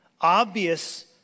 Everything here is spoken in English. obvious